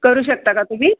करू शकता का तुम्ही